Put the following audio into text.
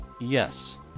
Yes